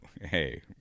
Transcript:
hey